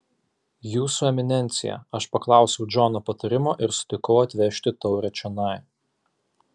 jūsų eminencija aš paklausiau džono patarimo ir sutikau atvežti taurę čionai